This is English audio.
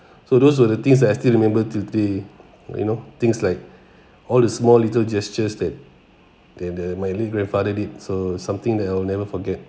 so those were the things that I still remember today like you know things like all the small little gestures that that the my late grandfather did so something that I'll never forget